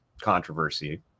controversy